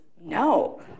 no